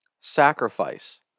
sacrifice